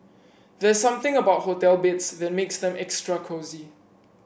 there's something about hotel beds that makes them extra cosy